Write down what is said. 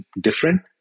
different